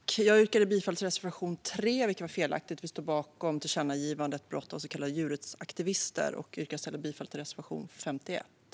Fru talman! Jag yrkade bifall till reservation 3, vilket var felaktigt. Jag står bakom tillkännagivandet om brott av så kallade djurrättsaktivister och yrkar i stället bifall till reservation 51.